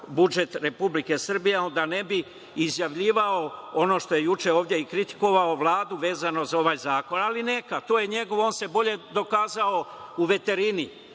budžet Republike Srbije, onda ne bi izjavljivao ono što je juče ovde i kritikovao vladu vezano za ovaj zakon. Neka, to je njegovo, on se bolje dokazao u veterini,